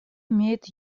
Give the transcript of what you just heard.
имеет